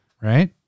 Right